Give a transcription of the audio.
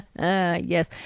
yes